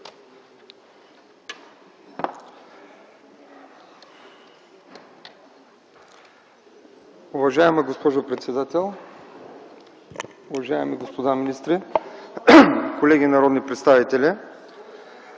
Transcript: Уважаема госпожо председател, уважаеми господа министри, колеги народни представители!